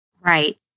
Right